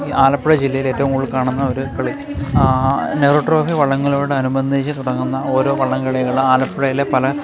ഈ ആലപ്പുഴ ജില്ലയിൽ ഏറ്റവും കൂടുതൽ കാണുന്ന ഒരു കളി നെഹ്റു ട്രോഫി വള്ളംകളിയോട് അനുബന്ധിച്ച് തുടങ്ങുന്ന ഓരോ വള്ളംകളികൾ ആലപ്പുഴയിലെ പല